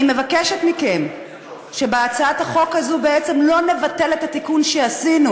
אני מבקשת מכם שבהצעת החוק הזו לא נבטל את התיקון שעשינו.